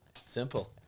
Simple